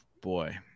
boy